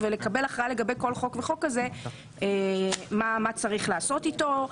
ולקבל הכרעה לגבי כל חוק וחוק כזה מה צריך לעשות איתו.